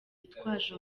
yitwaje